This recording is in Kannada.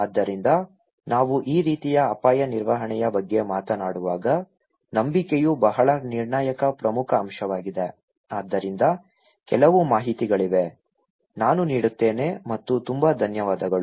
ಆದ್ದರಿಂದ ನಾವು ಈ ರೀತಿಯ ಅಪಾಯ ನಿರ್ವಹಣೆಯ ಬಗ್ಗೆ ಮಾತನಾಡುವಾಗ ನಂಬಿಕೆಯು ಬಹಳ ನಿರ್ಣಾಯಕ ಪ್ರಮುಖ ಅಂಶವಾಗಿದೆ ಆದ್ದರಿಂದ ಕೆಲವು ಮಾಹಿತಿಗಳಿವೆ ನಾನು ನೀಡುತ್ತೇನೆ ಮತ್ತು ತುಂಬಾ ಧನ್ಯವಾದಗಳು